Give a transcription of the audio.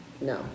No